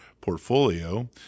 portfolio